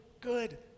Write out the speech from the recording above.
good